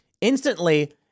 Instantly